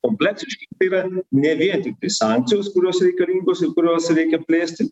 kompleksiški tai yra ne vien tiktai sankcijos kurios reikalingos ir kurios reikia plėsti